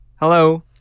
Hello